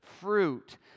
fruit